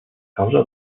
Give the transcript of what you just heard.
causa